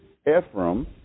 Ephraim